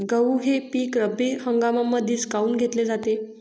गहू हे पिक रब्बी हंगामामंदीच काऊन घेतले जाते?